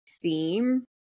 theme